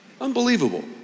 Unbelievable